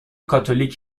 کاتولیک